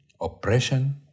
oppression